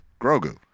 Grogu